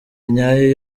nyayo